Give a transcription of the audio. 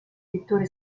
pittore